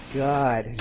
god